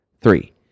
three